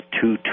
two